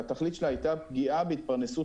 שהתכלית שלה הייתה פגיעה בהתפרנסות